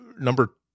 number